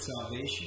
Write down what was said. salvation